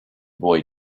boy